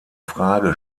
frage